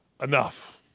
enough